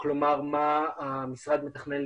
כלומר מה המשרד מתכנן,